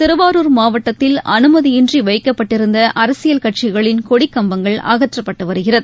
திருவாரூர் மாவட்டத்தில் அனுமதியின்றிவைக்கப்பட்டிருந்தஅரசியல் கட்சிகளின் கொடிக் கம்பங்கள் அகற்றப்பட்டுவருகிறது